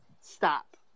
stop